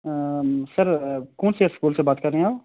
سر کون سے اسکول سے بات کر رہے ہیں آپ